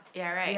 you're right